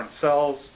cells